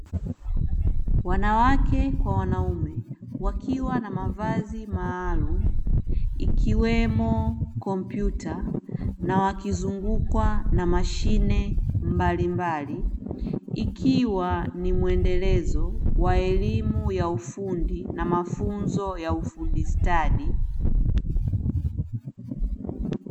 Wanawake kwa wanaume wakiwa na mavazi maalumu, ikiwemo kompyuta na wakizungukwa na mashine mbalimbali, ikiwa ni mwendelezo wa elimu ya ufundi na mafunzo ya ufundi stadi.